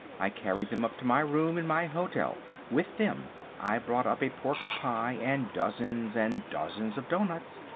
i carried them up to my room in my hotel with them i brought up a pork pie and dozens and dozens of doughnuts.